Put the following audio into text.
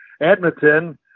Edmonton